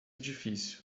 difícil